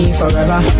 forever